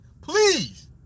Please